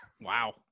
Wow